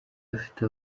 afite